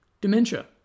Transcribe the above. dementia